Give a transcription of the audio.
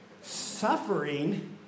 Suffering